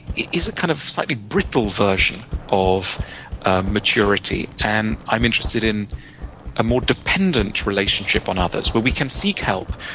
is kind of like a brittle version of maturity. and i'm interested in a more dependent relationship on others, where we can seek help.